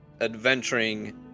adventuring